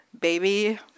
baby